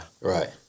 Right